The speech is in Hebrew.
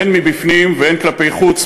הן מבפנים והן כלפי חוץ,